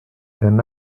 d’un